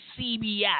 CBS